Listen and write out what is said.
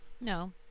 No